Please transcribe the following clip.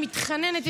אני מתחננת,